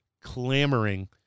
clamoring